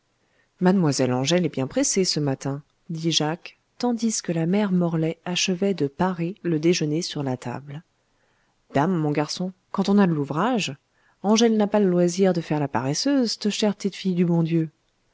mademoiselle angèle est bien pressée ce matin dit jacques tandis que la mère morlaix achevait de parer le déjeuner sur la table dame mon garçon quand on a de l'ouvrage angèle n'a pas l'loésir de faire la paresseuse c't'e chère p'tit'fille du bon dieu